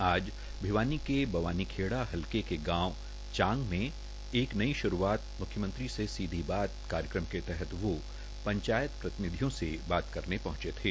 आज भवानी के बवानीखेडा ह के के गांव चांग म एक नई श्र आत म् यमं ी से सीधी बात काय म के तहत वो पंचायत त न धय से बात करने पहुंचे थे